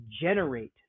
generate